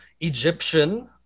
Egyptian